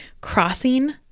crossing